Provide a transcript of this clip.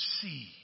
see